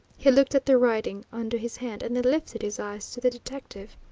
he looked at the writing under his hand and then lifted his eyes to the detective.